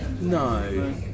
no